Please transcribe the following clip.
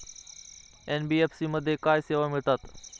NBFC मध्ये काय सेवा मिळतात?